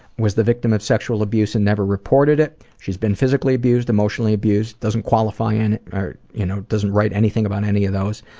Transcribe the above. was the victim of sexual abuse and never reported it she's been physically abused, emotionally abused, doesn't qualify and you know doesn't write anything about any of those.